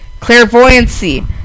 clairvoyancy